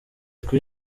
kuri